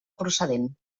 procedent